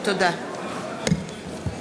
(קוראת בשמות חברי הכנסת)